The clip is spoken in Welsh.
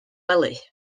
wely